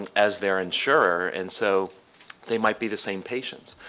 and as their insurer and so they might be the same patients.